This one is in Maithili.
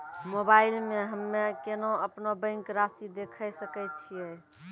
मोबाइल मे हम्मय केना अपनो बैंक रासि देखय सकय छियै?